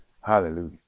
Hallelujah